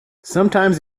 sometimes